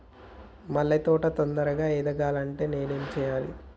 మల్లె తోట తొందరగా ఎదగాలి అంటే నేను ఏం చేయాలి?